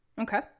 Okay